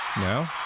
No